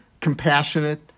compassionate